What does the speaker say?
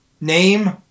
name